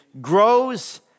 grows